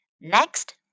Next